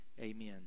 Amen